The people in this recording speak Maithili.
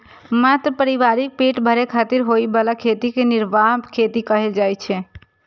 मात्र परिवारक पेट भरै खातिर होइ बला खेती कें निर्वाह खेती कहल जाइ छै